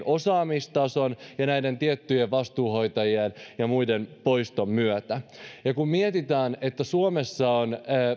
osaamistason ja näiden tiettyjen vastuuhoitajien ja muiden poiston myötä kun mietitään että suomessa on